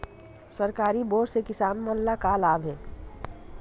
सरकारी बोर से किसान मन ला का लाभ हे?